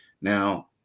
Now